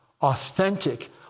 authentic